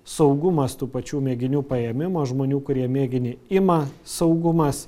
saugumas tų pačių mėginių paėmimo žmonių kurie mėginį ima saugumas